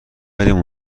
بریم